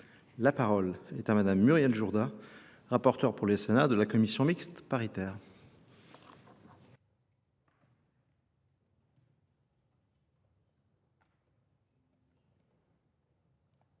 La parole est à madame Muriel Jourda, rapporteur pour les Sénats de la Commission mixte paritaire.